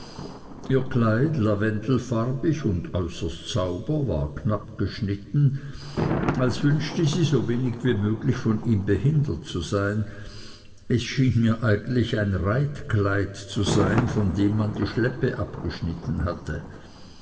ihr kleid lavendelfarbig und äußerst sauber war knapp geschnitten als wünschte sie so wenig wie möglich von ihm behindert zu sein es schien mir eigentlich ein reitkleid zu sein von dem man die schleppe abgeschnitten hatte